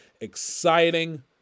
exciting